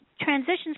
transitions